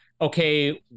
okay